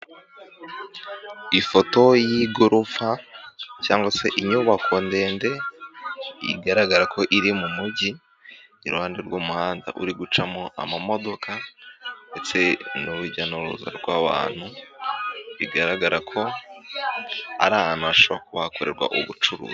Ifoto y'igorofa cyangwa se inyubako ndende, igaragara ko iri mu mujyi, iruhande rw'umuhanda uri gucamo amamodoka, ndetse n'urujya n'uruza rw'abantu, bigaragara ko ari ahantu hashobora kuba hakorerwa ubucuruzi.